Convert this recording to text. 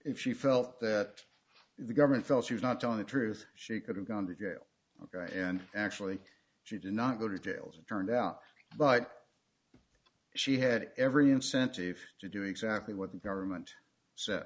if she felt that the government felt she was not telling the truth she could have gone to jail and actually she did not go to jail turned out but she had every incentive to do exactly what the government s